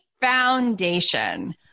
foundation